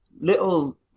little